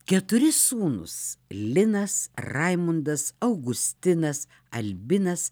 keturi sūnūs linas raimundas augustinas albinas